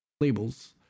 labels